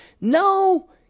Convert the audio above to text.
No